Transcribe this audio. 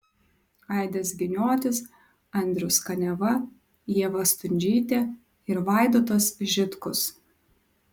aidas giniotis andrius kaniava ieva stundžytė ir vaidotas žitkus